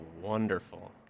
wonderful